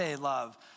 love